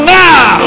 now